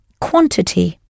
quantity